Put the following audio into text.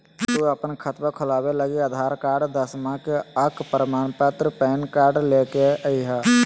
तू अपन खतवा खोलवे लागी आधार कार्ड, दसवां के अक प्रमाण पत्र, पैन कार्ड ले के अइह